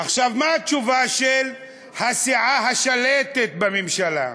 עכשיו, מה התשובה של הסיעה השלטת בממשלה?